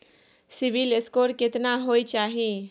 CIBIL score केतना होय चाही?